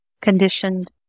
conditioned